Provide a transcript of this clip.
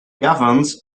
governs